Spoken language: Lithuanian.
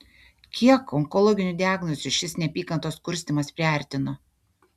kiek onkologinių diagnozių šis neapykantos kurstymas priartino